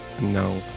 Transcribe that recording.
No